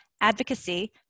advocacy